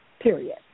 period